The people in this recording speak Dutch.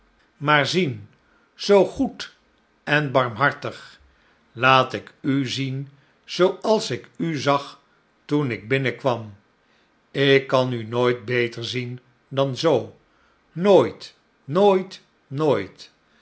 zien zoo goed en barmhartig laat ik u zien zooals ik u zag toen ik binnenkwam ik kan u nooit beter zien dan zoo nooit nooit nooit